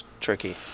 tricky